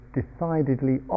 decidedly